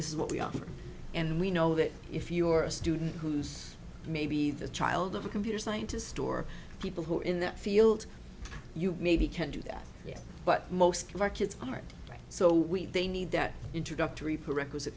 this is what we offer and we know that if you're a student who's maybe the child of a computer scientist or people who are in that field you maybe can do that but most of our kids are so weak they need that introductory prerequisite